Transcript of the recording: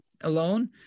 Alone